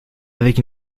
avec